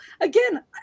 again